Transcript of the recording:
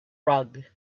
rug